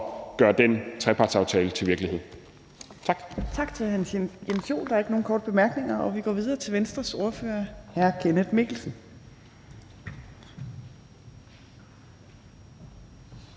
gøre den trepartsaftale til virkelighed. Tak.